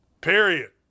Period